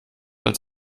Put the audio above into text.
als